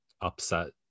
upset